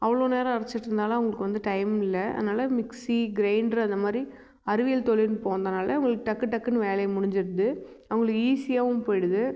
அவ்வளோ நேரம் அரைச்சிட்டுருந்தாலும் அவங்களுக்கு வந்து டைம் இல்லை அதனால் மிக்சி கிரைண்ட்ரு அந்த மாதிரி அறிவியல் தொழில்நுட்பம் வந்ததனால உங்களுக்கு டக்கு டக்குன்னு வேலையும் முடிஞ்சுடுது அவங்களுக்கு ஈஸியாகவும் போய்டுது